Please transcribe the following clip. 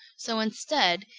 so instead,